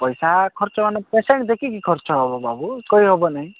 ପଇସା ଖର୍ଚ୍ଚ ପଇସା ପେସେଣ୍ଟ୍ ଦେଖିକି ଖର୍ଚ୍ଚ ହେବ ବାବୁ କହି ହେବ ନାହିଁ